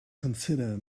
consider